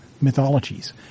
mythologies